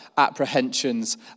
apprehensions